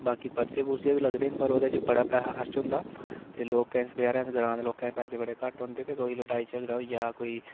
बाकी परचे पुरचे बी लगदे न पर ओह्दे च बड़ा पैहा खर्च होंदा ते लोकें च बचैरें ग्रांऽ दे लोकें पैसे बड़े घट्ट होंदे ते कोई लड़ाई झगड़ा होइ गेआ कोई